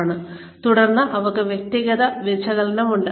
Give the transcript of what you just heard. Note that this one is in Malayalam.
തുടർന്ന് ഞങ്ങൾക്ക് വ്യക്തിഗത വിശകലനം ഉണ്ട്